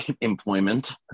employment